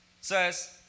says